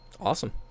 Awesome